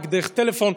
רק דרך טלפון,